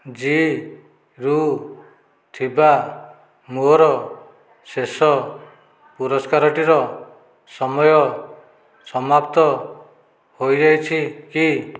ଜୀରୁ ଥିବା ମୋର ଶେଷ ପୁରସ୍କାରଟିର ସମୟ ସମାପ୍ତ ହୋଇଯାଇଛି କି